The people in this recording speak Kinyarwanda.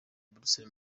buruseli